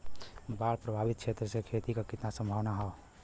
बाढ़ प्रभावित क्षेत्र में खेती क कितना सम्भावना हैं?